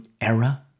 era